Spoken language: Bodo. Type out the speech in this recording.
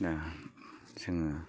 दा जोङो